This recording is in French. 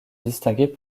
distinguer